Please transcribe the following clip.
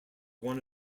one